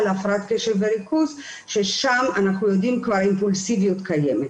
הפרעת קשב וריכוז ששם אנחנו יודעים שכבר האימפולסיביות קיימת.